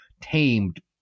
tamed